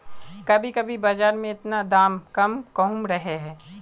कभी कभी बाजार में इतना दाम कम कहुम रहे है?